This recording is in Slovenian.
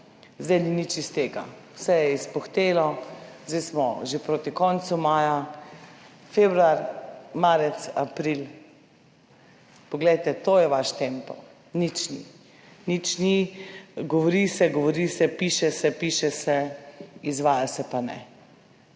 zdaj ni nič iz tega. Vse je izpuhtelo, zdaj smo že proti koncu maja, februar, marec, april poglejte, to je vaš tempo. Nič ni, nič ni. Govori se, govori se, piše se, piše se, izvaja se pa ne.